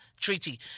Treaty